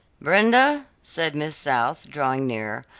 brenda, said miss south, drawing near,